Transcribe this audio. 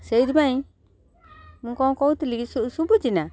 ସେଇଥିପାଇଁ ମୁଁ କ'ଣ କହୁଥିଲି କି ଶୁଭୁଛି ନା